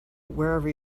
wherever